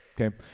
Okay